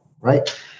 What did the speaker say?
right